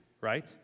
right